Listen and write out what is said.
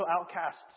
outcasts